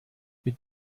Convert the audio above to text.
mit